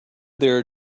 there